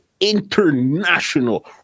international